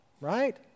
right